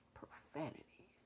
profanity